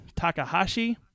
Takahashi